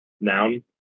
Noun